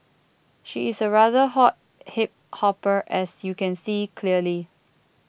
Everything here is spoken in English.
she's a rather hot hip hopper as you can see clearly